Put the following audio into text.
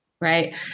right